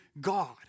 God